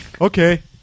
Okay